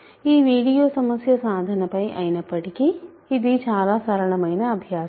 ఈ వీడియో సమస్య సాధన పై అయినప్పటికీ ఇది చాలా సరళమైన అభ్యాసం